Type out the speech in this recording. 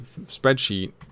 spreadsheet